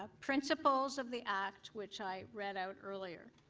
ah principles of the act which i read out earlier.